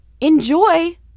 Enjoy